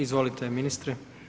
Izvolite ministre.